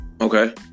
Okay